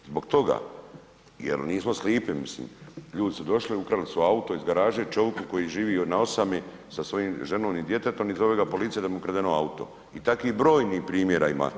Zbog toga, jer nismo slijepi mislim, ljudi su došli, ukrali su auto iz garaže čovjeku koji živi na osami sa svojom ženom i djetetom i zove ga policija da mu je ukradeno auto i takvih brojnih primjera ima.